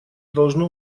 должно